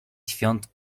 świąt